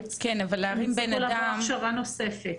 לארץ הם יצטרכו לעבור הכשרה נוספת.